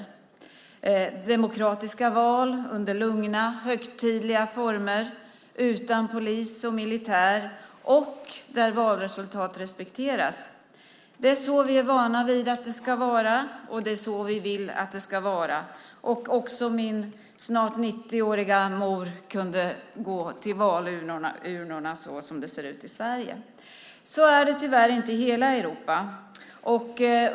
Det var demokratiska val under lugna, högtidliga former utan polis och militär och val där valresultatet respekteras. Det är så vi är vana vid att det ska vara, och det är så vi vill att det ska vara. Också min snart 90-åriga mor kunde gå till valurnorna såsom det ser ut i Sverige. Så är det tyvärr inte i hela Europa.